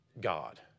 God